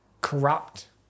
corrupt